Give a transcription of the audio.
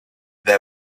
there